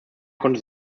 konnte